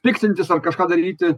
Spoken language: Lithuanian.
piktintis ar kažką daryti